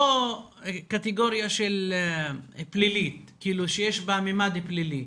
לא קטגוריה פלילית, שיש בה ממד פלילי,